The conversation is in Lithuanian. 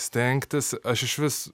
stengtis aš išvis